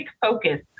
focus